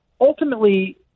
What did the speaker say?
Ultimately